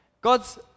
God's